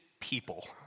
people